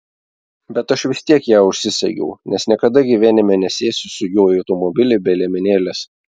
bet aš vis tiek ją užsisegiau nes niekada gyvenime nesėsiu su juo į automobilį be liemenėlės